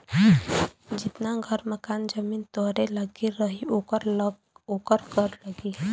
जितना घर मकान जमीन तोहरे लग्गे रही ओकर कर लगी